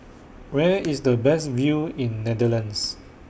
Where IS The Best View in Netherlands